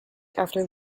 after